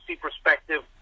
perspective